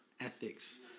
ethics